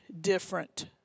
different